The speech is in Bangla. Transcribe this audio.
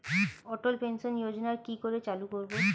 অটল পেনশন যোজনার কি করে চালু করব?